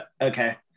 okay